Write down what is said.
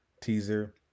teaser